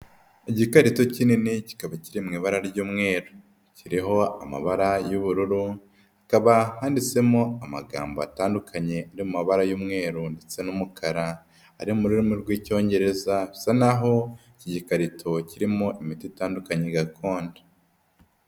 Igikarito kinini kikaba kiri mu ibara ry'umweru, kiriho amabara y'ubururu, hakaba handitsemo amagambo atandukanye y'amabara y'umweru ndetse n'umukara ari mu rurimi rw'icyongereza bisa n'aho iki gikarito kirimo imiti itandukanye gakondo.